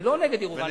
אני לא נגד ירוחם.